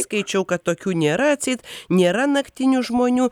skaičiau kad tokių nėra atseit nėra naktinių žmonių